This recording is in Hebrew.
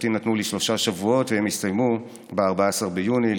השופטים נתנו לי שלושה שבועות והם הסתיימו ב-14 ביוני,